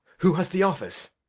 who has the office?